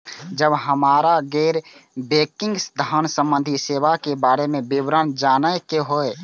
जब हमरा गैर बैंकिंग धान संबंधी सेवा के बारे में विवरण जानय के होय?